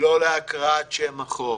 לא להקראת שם החוק,